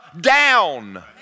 down